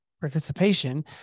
participation